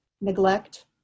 neglect